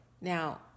now